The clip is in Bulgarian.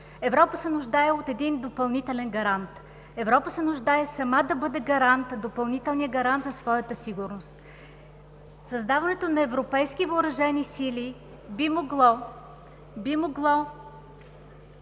Европа се нуждае от един допълнителен гарант. Европа се нуждае сама да бъде гарант, допълнителният гарант за своята сигурност. Създаването на европейски въоръжени сили би могло да